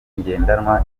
ngendanwa